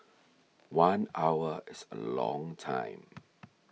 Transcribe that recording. one hour is a long time